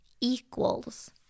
equals